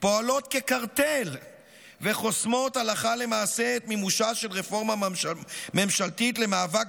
פועלים כקרטל וחוסמים הלכה למעשה את מימושה של רפורמה ממשלתית למאבק